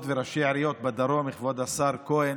וראשי עיריות בדרום, כבוד השר כהן.